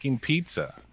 pizza